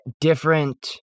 different